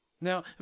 Now